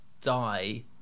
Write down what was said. die